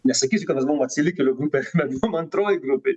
nesakysiu kad mes buvo atsilikėlių grupė bet buvom antroj grupėj